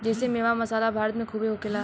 जेइसे मेवा, मसाला भारत मे खूबे होखेला